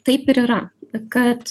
taip ir yra kad